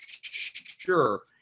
sure